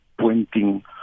pointing